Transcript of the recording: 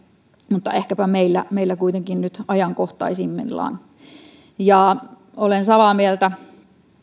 mutta ehkäpä meillä meillä kuitenkin nyt ajankohtaisimmillaan olen samaa mieltä